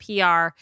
PR